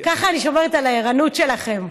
כך אני שומרת על הערנות שלכם.